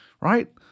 right